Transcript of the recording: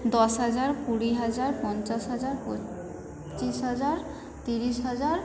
দশ হাজার কুড়ি হাজার পঞ্চাশ হাজার পঁচিশ হাজার তিরিশ হাজার